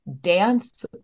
dance